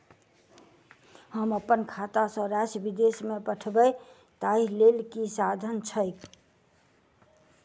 हम अप्पन खाता सँ राशि विदेश मे पठवै ताहि लेल की साधन छैक?